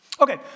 Okay